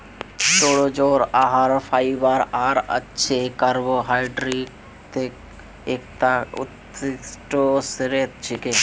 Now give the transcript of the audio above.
तारो जड़ आहार फाइबर आर अच्छे कार्बोहाइड्रेटक एकता उत्कृष्ट स्रोत छिके